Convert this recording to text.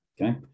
Okay